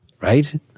right